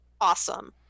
awesome